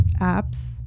apps